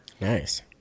Nice